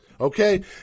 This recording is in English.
Okay